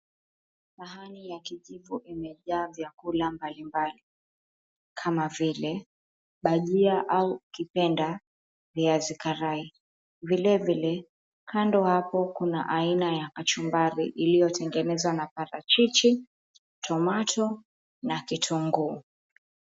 Sahani ya kijivu imejaa vyakula mbalimbali kama vile; bajia au ukipenda viazi karai vilevile kando hapo kuna aina ya kachumbari iliyotengenezwa na parachichi, tomato na kitunguu.